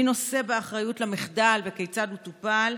מי נושא באחריות למחדל וכיצד הוא טופל?